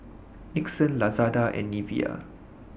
Nixon Lazada and Nivea